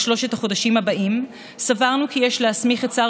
שלושת החודשים הבאים סברנו כי יש להסמיך את שר